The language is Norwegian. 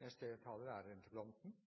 Jeg takker statsråden for svaret. Jeg vil si at det er